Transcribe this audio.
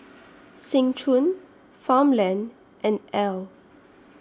Seng Choon Farmland and Elle